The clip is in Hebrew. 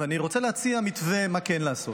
ואני רוצה להציע מתווה מה כן לעשות.